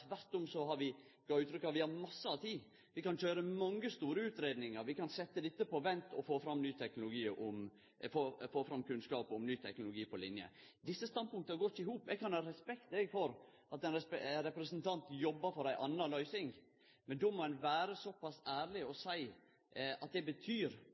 tvert om gav uttrykk for at vi har masse tid, vi kan køyre mange store utgreiingar, vi kan setje dette på vent og få fram kunnskap om ny teknologi når det gjeld linjer. Desse standpunkta går ikkje i hop. Eg kan ha respekt for at representanten jobbar for ei anna løysing, men då må ein vere såpass ærleg at ein seier at det betyr